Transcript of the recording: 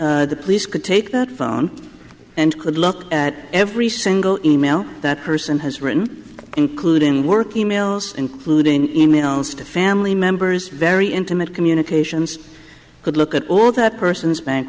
d the police could take that phone and could look at every single in mail that person has written including work e mails including e mails to family members very intimate communications could look at all that person's bank